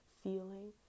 feeling